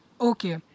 Okay